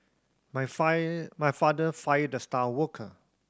my fire my father fired the star worker